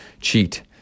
cheat